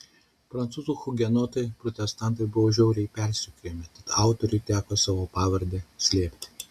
prancūzų hugenotai protestantai buvo žiauriai persekiojami tad autoriui teko savo pavardę slėpti